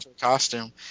costume